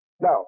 Now